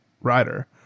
rider